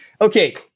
Okay